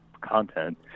content